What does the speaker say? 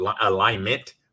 alignment